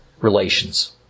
relations